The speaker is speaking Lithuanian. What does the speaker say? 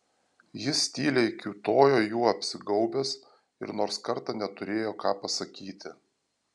jis tyliai kiūtojo juo apsigaubęs ir nors kartą neturėjo ką pasakyti